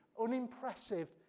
unimpressive